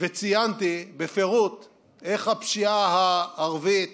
וציינתי בפירוט איך הפשיעה הערבית